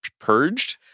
Purged